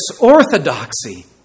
orthodoxy